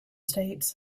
states